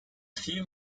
few